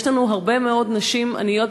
יש לנו במדינת ישראל הרבה מאוד נשים עניות,